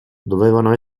dovevano